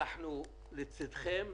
אנחנו לצדכם,